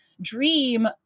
dream